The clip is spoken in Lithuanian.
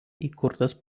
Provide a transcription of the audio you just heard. įkurtas